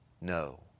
no